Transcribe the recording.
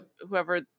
whoever